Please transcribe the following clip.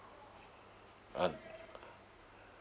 uh